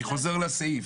אני חוזר לסעיף.